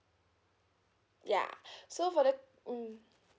yeah so for the mm